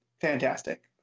fantastic